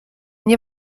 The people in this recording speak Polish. nie